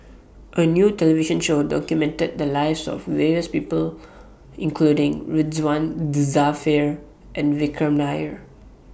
A New television Show documented The Lives of various People including Ridzwan Dzafir and Vikram Nair